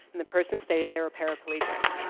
and the persons stated they were paraplegic.